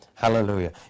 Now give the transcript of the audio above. Hallelujah